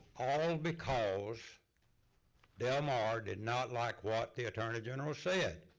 all because del mar did not like what the attorney general said.